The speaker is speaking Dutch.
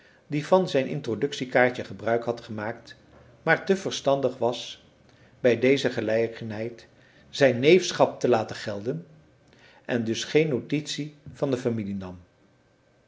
die van zijn introductiekaartje gebruik had gemaakt maar te verstandig was bij deze gelegenheid zijn neefschap te laten gelden en dus geen notitie van de